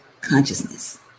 consciousness